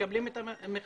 מקבלים את המכרזים,